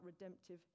redemptive